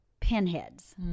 pinheads